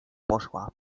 poszła